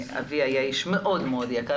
אבי היה איש מאוד מאוד יקר,